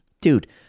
dude